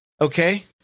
Okay